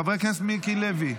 חבר הכנסת מיקי לוי,